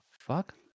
fuck